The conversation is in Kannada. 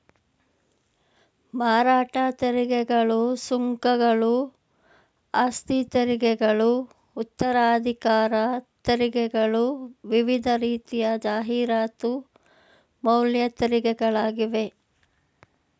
ಮಾರಾಟ ತೆರಿಗೆಗಳು, ಸುಂಕಗಳು, ಆಸ್ತಿತೆರಿಗೆಗಳು ಉತ್ತರಾಧಿಕಾರ ತೆರಿಗೆಗಳು ವಿವಿಧ ರೀತಿಯ ಜಾಹೀರಾತು ಮೌಲ್ಯ ತೆರಿಗೆಗಳಾಗಿವೆ